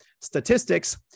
statistics